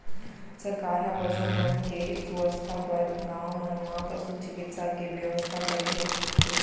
सरकार ह पसु मन के सुवास्थ बर गॉंव मन म पसु चिकित्सा के बेवस्था करे हे